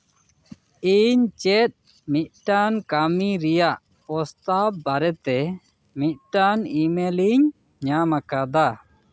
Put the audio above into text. ᱤᱧ ᱪᱮᱫ ᱢᱤᱫᱴᱟᱱ ᱠᱟᱹᱢᱤ ᱨᱮᱭᱟᱜ ᱯᱨᱚᱥᱟᱛᱟᱵ ᱵᱟᱨᱮᱛᱮ ᱢᱤᱫᱴᱟᱱ ᱤᱢᱮᱞ ᱤᱧ ᱧᱟᱢ ᱟᱠᱟᱫᱟ